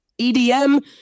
EDM